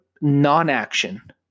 non-action